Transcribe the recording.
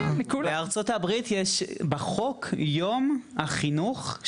בארה"ב יש בחוק יום החינוך,